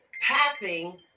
passing